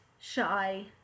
shy